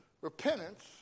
repentance